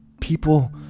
people